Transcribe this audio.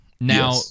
Now